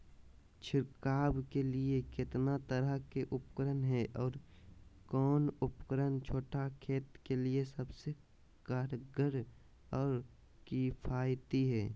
छिड़काव के लिए कितना तरह के उपकरण है और कौन उपकरण छोटा खेत के लिए सबसे कारगर और किफायती है?